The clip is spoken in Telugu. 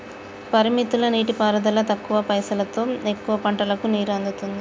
ఉపరితల నీటిపారుదల తక్కువ పైసలోతో ఎక్కువ పంటలకు నీరు అందుతుంది